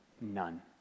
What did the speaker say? None